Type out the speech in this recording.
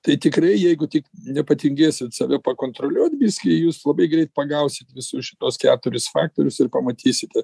tai tikrai jeigu tik nepatingėsit save pakontroliuot biskį jūs labai greit pagausit visus šituos keturis faktorius ir pamatysite